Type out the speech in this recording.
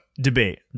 debate